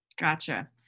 Gotcha